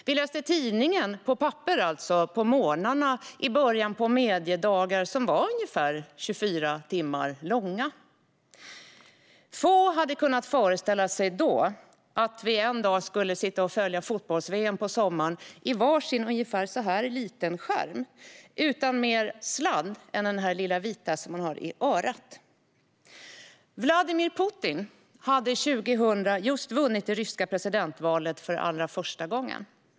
Vi läste tidningen på papper på morgonen i början av mediedagar som var ungefär 24 timmar långa. Få hade då kunnat föreställa sig att vi en dag skulle följa fotbolls-VM på sommaren på var sin liten skärm utan mer sladd än den lilla vita som man har i örat. Vladimir Putin hade år 2000 just vunnit det ryska presidentvalet för första gången.